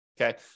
Okay